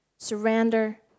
Surrender